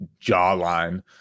jawline